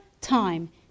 time